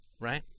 right